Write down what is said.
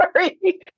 sorry